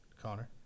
Connor